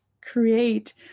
create